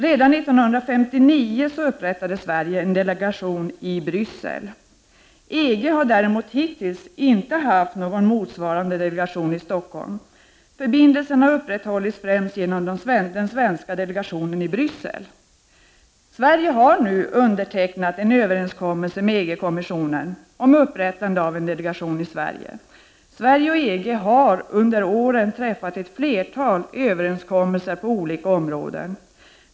Redan 1959 upprättade Sverige en delegation i Bryssel. EG har däremot hittills inte haft någon motsvarande delegation i Stockholm. Förbindelsen har endast upprätthållits genom den svenska delegationen i Bryssel. Sverige har nu undertecknat en överenskommelse med EG-kommissionen om upprättande av en delegation i Sverige. Under årens lopp har Sverige och EG träffat ett flertal överenskommelser på olika områden.